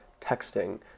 texting